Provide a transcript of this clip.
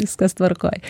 viskas tvarkoj